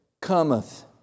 cometh